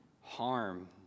harm